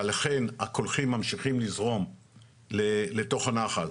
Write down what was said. ולכן הקולחים ממשיכים לזרום לתוך הנחל,